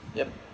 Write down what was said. yup